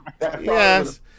yes